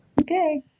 Okay